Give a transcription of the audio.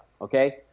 Okay